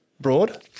broad